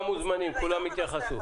הם מוזמנים, כולם יתייחסו.